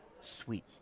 Sweet